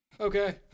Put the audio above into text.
Okay